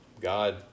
God